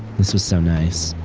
this was so nice.